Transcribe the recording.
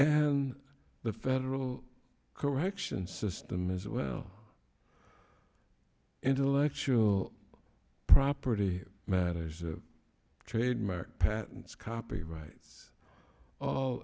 and the federal correction system as well intellectual property matters trademark patents copyrights